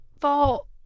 fall